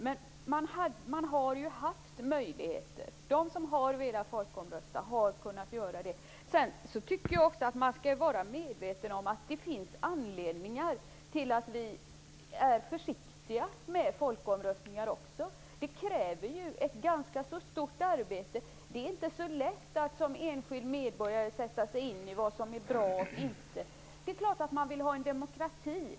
Herr talman! Man har ju haft möjlighet. De som velat folkomrösta har kunnat göra det. Men jag tycker att man skall vara medveten om att det finns anledningar till att vi är försiktiga med folkomröstningar. Det kräver ett ganska stort arbete. Det är inte så lätt att som enskild medborgare sätta sig in i vad som är bra och inte. Det är klart att man vill ha en demokrati.